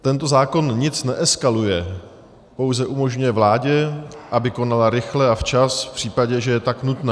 Tento zákon nic neeskaluje, pouze umožňuje vládě, aby konala rychle a včas v případě, že je tak nutné.